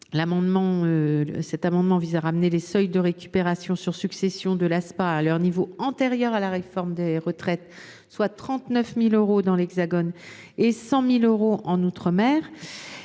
Il s’agit de ramener les seuils de récupération sur succession de l’Aspa à leur niveau antérieur à la réforme des retraites de 2023, soit 39 000 euros dans l’Hexagone et 100 000 euros en outre mer.